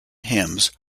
hymns